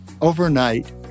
Overnight